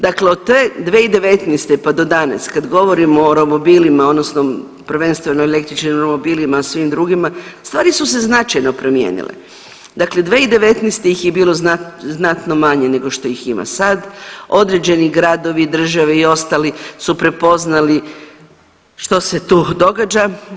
Dakle, od te 2019., pa do danas kad govorimo o romobilima odnosno prvenstveno električnim romobilima i svim drugima stvari su se značajno promijenile, dakle 2019. ih je bilo znatno manje nego što ih ima sad, određeni gradovi, države i ostali su prepoznali što se tu događa.